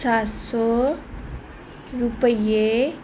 ਸੱਤ ਸੌ ਰੁਪਈਏ